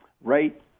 right